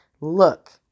look